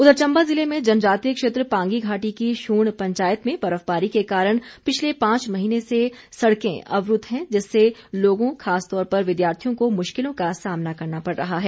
उधर चंबा ज़िले में जनजातीय क्षेत्र पांगी घाटी की शुण पंचायत में बर्फबारी के कारण पिछले पांच महीने से सड़कें अवरूद्व हैं जिससे लोगों खासतौर पर विद्यार्थियों को मुश्किलों का सामना करना पड़ रहा है